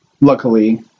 luckily